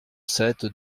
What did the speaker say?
sept